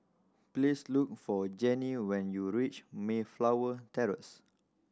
please look for Jennie when you reach Mayflower Terrace